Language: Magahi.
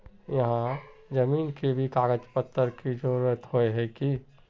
यहात जमीन के भी कागज पत्र की जरूरत होय है की?